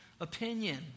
opinion